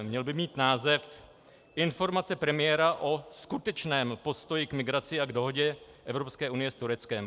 Měl by mít název Informace premiéra o skutečném postoji k migraci a k dohodě Evropské unie s Tureckem.